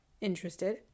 interested